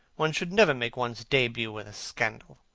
one should never make one's debut with a scandal.